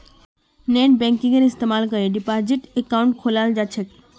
नेटबैंकिंगेर इस्तमाल करे डिपाजिट अकाउंट खोलाल जा छेक